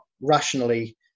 rationally